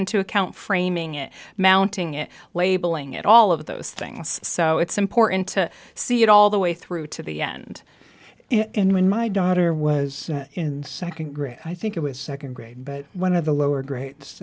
into account framing it mounting it labeling it all of those things so it's important to see it all the way through to the end and when my daughter was in second grade i think it was second grade but one of the lower grades